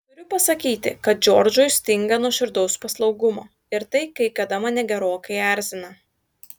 turiu pasakyti kad džordžui stinga nuoširdaus paslaugumo ir tai kai kada mane gerokai erzina